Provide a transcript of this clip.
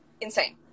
insane